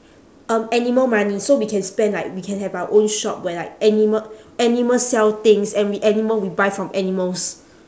um animal money so we can spend like we can have our own shop where like anima~ animal sell things and we animal we buy from animals